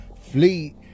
fleet